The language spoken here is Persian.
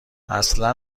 اصلا